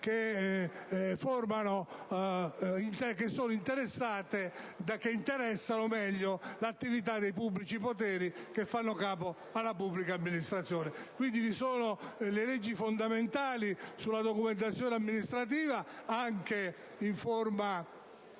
le norme che interessano l'attività dei pubblici poteri che fanno capo alla pubblica amministrazione. Dunque, vi sono le leggi fondamentali inerenti alla documentazione amministrativa, anche in forma